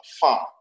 farm